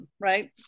right